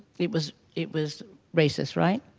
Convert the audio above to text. it was it was racist, right.